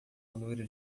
loira